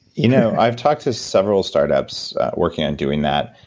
you know i've talked to several startups working on doing that.